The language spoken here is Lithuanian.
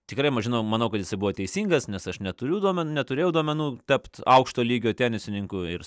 tikrai ma žinau manau kad jisai buvo teisingas nes aš neturiu duomen neturėjau duomenų tapt aukšto lygio tenisininku ir